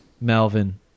Melvin